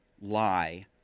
lie